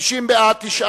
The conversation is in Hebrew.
לא התקבלה.